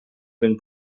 been